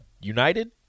United